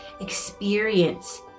Experience